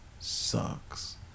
sucks